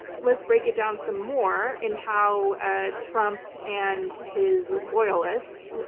let's break it down some more in how ah trump and his loyalists,